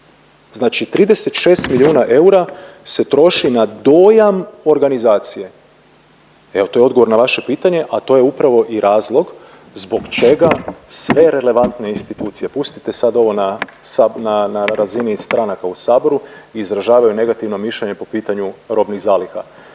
Znači 36 milijuna eura se troši na dojam organizacije. Evo to je odgovor na vaše pitanje, a to je upravo i razlog zbog čega sve relevantne institucije, pustite sad ovo na, na, na razini stranaka u saboru, izražavaju negativno mišljenje po pitanju robnih zaliha.